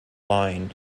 line